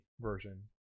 version